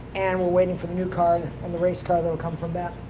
and we're waiting for the new car and the race car that'll come from that.